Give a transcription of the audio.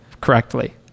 correctly